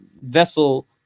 vessel